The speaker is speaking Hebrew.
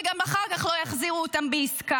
וגם אחר כך לא יחזירו אותם בעסקה?